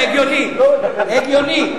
הגיוני.